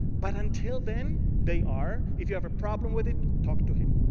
but until then, they are. if you have a problem with it, talk to him.